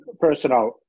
personal